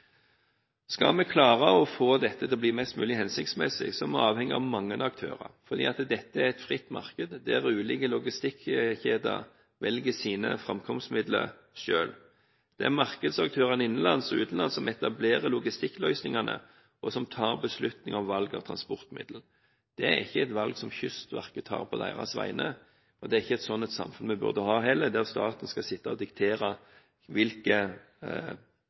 Skal vi klare å få dette til å bli mest mulig hensiktsmessig, er vi avhengig av mange aktører, fordi dette er et fritt marked der ulike logistikkjeder velger sine framkomstmidler selv. Det er markedsaktørene innenlands og utenlands som etablerer logistikkløsningene, og som tar beslutninger om valg av transportmiddel. Det er ikke et valg som Kystverket tar på deres vegne, og det er ikke et sånt samfunn vi burde ha heller, der staten skal sitte og diktere hvilke